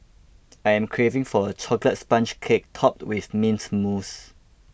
I am craving for a Chocolate Sponge Cake Topped with Mint Mousse